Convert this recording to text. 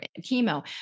chemo